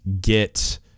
get